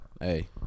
Hey